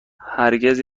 هرگز